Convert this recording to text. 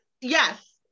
yes